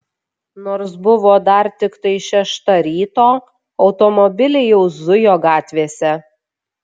nors buvo dar tiktai šešta ryto automobiliai jau zujo gatvėse